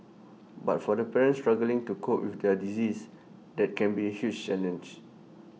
but for the parents struggling to cope with their disease that can be huge challenge